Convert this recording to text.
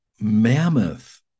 mammoth